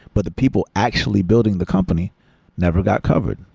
but the people actually building the company never got covered.